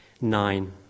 nine